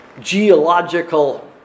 geological